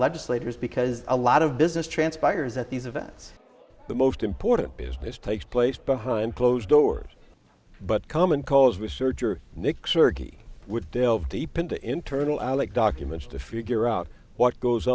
legislators because a lot of business transpires at these events the most important business takes place behind closed doors but common cause research your mixer would delve deep into internal alec documents to figure out what goes